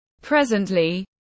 Presently